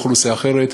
אוכלוסייה אחרת.